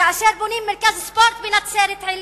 כאשר בונים מרכז ספורט בנצרת-עילית,